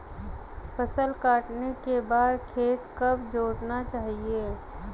फसल काटने के बाद खेत कब जोतना चाहिये?